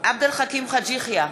עבד אל חכים חאג' יחיא,